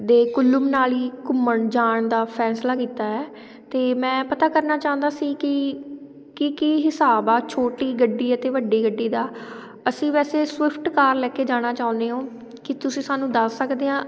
ਦੇ ਕੁੱਲੂ ਮਨਾਲੀ ਘੁੰਮਣ ਜਾਣ ਦਾ ਫੈਸਲਾ ਕੀਤਾ ਹੈ ਅਤੇ ਮੈਂ ਪਤਾ ਕਰਨਾ ਚਾਹੁੰਦਾ ਸੀ ਕਿ ਕੀ ਕੀ ਹਿਸਾਬ ਆ ਛੋਟੀ ਗੱਡੀ ਅਤੇ ਵੱਡੀ ਗੱਡੀ ਦਾ ਅਸੀਂ ਵੈਸੇ ਸਵਿਫਟ ਕਾਰ ਲੈ ਕੇ ਜਾਣਾ ਚਾਹੁੰਦੇ ਓਂ ਕੀ ਤੁਸੀਂ ਸਾਨੂੰ ਦੱਸ ਸਕਦੇ ਆ